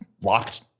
locked